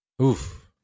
Oof